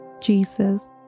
Jesus